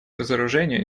разоружению